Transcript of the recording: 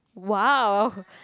!wow!